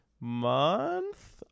month